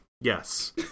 Yes